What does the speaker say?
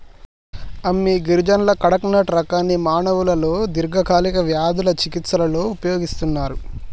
అమ్మి గిరిజనులు కడకనట్ రకాన్ని మానవులలో దీర్ఘకాలిక వ్యాధుల చికిస్తలో ఉపయోగిస్తన్నరు